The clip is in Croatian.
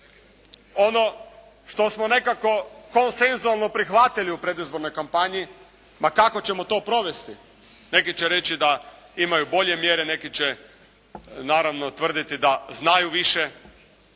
ono što smo nekako konsenzualno prihvatili u predizbornoj kampanji ma kako ćemo to provesti. Neki će reći da imaju bolje mjere, neki će naravno tvrditi da znaju više,